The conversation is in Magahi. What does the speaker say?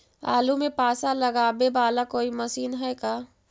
आलू मे पासा लगाबे बाला कोइ मशीन है का?